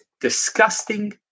disgusting